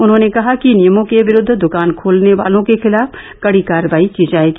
उन्होंने कहा कि नियमों के विरूद्व दुकान खोलने वालों के खिलाफ कड़ी कार्रवाई की जाएगी